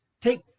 take